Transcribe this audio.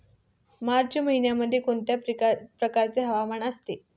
मार्च महिन्यामध्ये कोणत्या प्रकारचे हवामान असते?